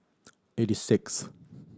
eighty sixth